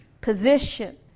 position